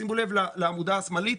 שימו לב לעמודה השמאלית,